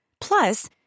Plus